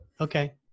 Okay